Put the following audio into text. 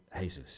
Jesus